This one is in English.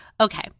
okay